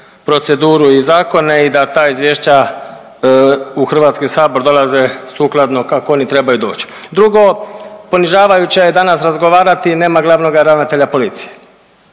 proceduru i zakone i da ta izvješća u HS dolaze sukladno kako oni trebaju doć. Drugo, ponižavajuće je danas razgovarati, nema glavnog ravnatelja policije